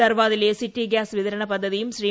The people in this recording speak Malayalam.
ദർവാദിലെ സിറ്റി ഗ്യാസ് വിതരണ പദ്ധതിയും ശ്രീ